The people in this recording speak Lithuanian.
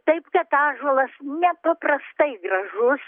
taip kad ąžuolas nepaprastai gražus